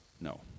No